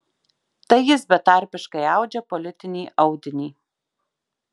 tai jis betarpiškai audžia politinį audinį